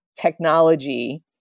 technology